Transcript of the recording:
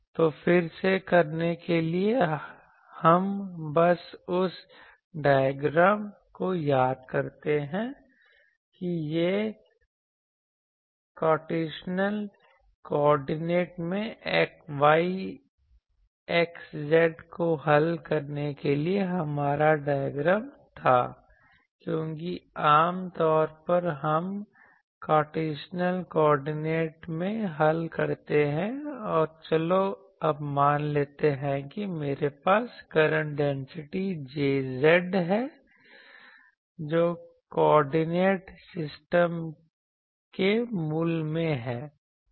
तो फिर से करने के लिए हम बस उस डायग्राम को याद करते हैं कि यह कार्टीशन कोऑर्डिनेट में y x z को हल करने के लिए हमारा डायग्राम था क्योंकि आम तौर पर हम कार्टीशन कोऑर्डिनेट में हल करते हैं और चलो मान लेते हैं कि मेरे पास करंट डेंसिटी JZ है जो कोऑर्डिनेट सिस्टम के मूल में है